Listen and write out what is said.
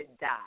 die